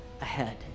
ahead